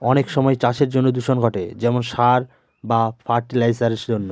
অনেক সময় চাষের জন্য দূষণ ঘটে যেমন সার বা ফার্টি লাইসারের জন্য